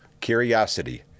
curiosity